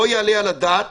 לא יעלה על הדעת